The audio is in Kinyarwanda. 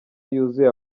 yuzuye